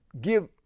give